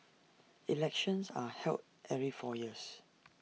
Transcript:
elections are held every four years